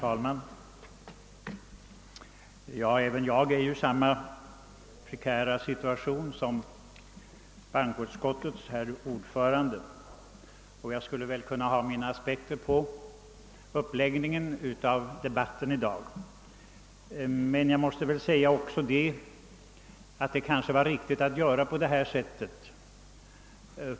Herr talman! Jag är i samma prekära situation som bankoutskottets ärade ordförande och skulle också jag kunna anföra kritiska synpunkter på uppläggningen av dagens debatt. Kanske är det dock riktigt att göra på det sätt som skett.